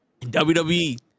WWE